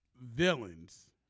villains